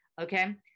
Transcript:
Okay